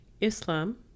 Islam